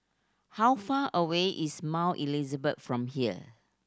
how far away is Mount Elizabeth from here